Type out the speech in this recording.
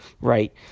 right